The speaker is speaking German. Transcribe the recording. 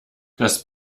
das